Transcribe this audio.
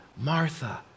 Martha